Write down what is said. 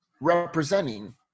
representing